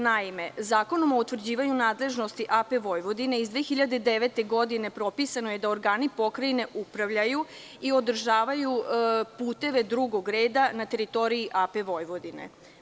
Naime, Zakonom o utvrđivanju nadležnosti AP Vojvodine iz 2009. godine propisano je da organi pokrajine upravljaju i održavaju puteve drugog reda na teritoriji AP Vojvodine.